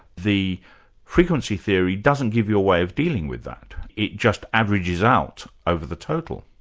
the frequency theory doesn't give you a way of dealing with that, it just averages out over the total.